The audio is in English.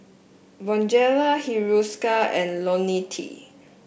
Bonjela Hiruscar and IoniL T